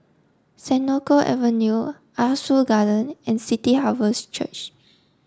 Senoko Avenue Ah Soo Garden and City Harvest Church